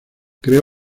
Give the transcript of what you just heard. creó